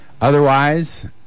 Otherwise